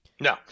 No